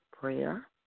prayer